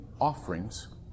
offerings